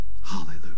Hallelujah